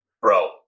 Bro